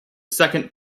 second